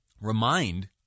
remind